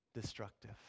destructive